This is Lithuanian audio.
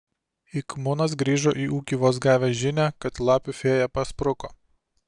ik munas grįžo į ūkį vos gavęs žinią kad lapių fėja paspruko